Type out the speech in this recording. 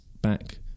back